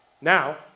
Now